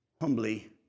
humbly